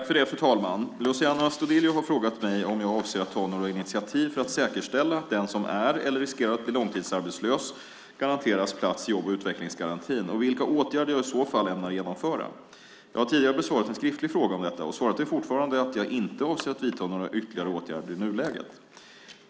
Fru talman! Luciano Astudillo har frågat mig om jag avser att ta några initiativ för att säkerställa att den som är eller riskerar att bli långtidsarbetslös garanteras plats i jobb och utvecklingsgarantin och vilka åtgärder jag i så fall ämnar genomföra. Jag har tidigare besvarat en skriftlig fråga om detta, och svaret är fortfarande att jag inte avser att vidta några ytterligare åtgärder i nuläget.